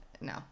No